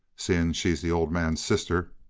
seeing she's the old man's sister.